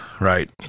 Right